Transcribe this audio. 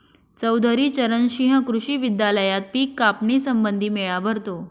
चौधरी चरण सिंह कृषी विद्यालयात पिक कापणी संबंधी मेळा भरतो